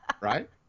right